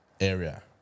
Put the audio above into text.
area